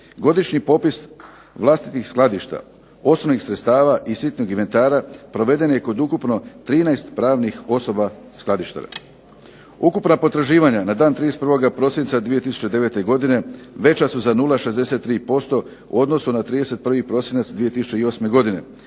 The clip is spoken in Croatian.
Godišnji popis vlastitih skladišta, osnovnih sredstava i sitnog inventara proveden je kod ukupno 13 pranvih osoba skladištara. Ukupna potraživanja na dan 31. prosinca 2009. godine veća su za 0,63% u odnosu na 31. prosinac 2008. godine.